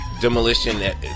Demolition